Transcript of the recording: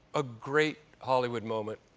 a great hollywood moment.